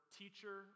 teacher